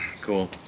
Cool